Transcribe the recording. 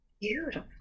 Beautiful